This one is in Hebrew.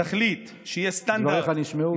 תחליט שיהיה סטנדרט מצמצם, דבריך נשמעו.